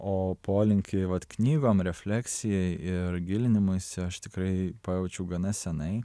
o polinkį vat knygom refleksijai ir gilinimuisi aš tikrai pajaučiau gana senai